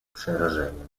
przerażeniem